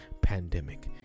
pandemic